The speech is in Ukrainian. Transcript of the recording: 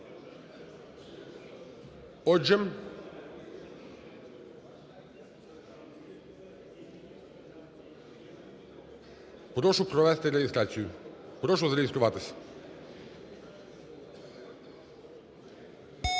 Отже, прошу провести реєстрацію. Прошу зареєструватись.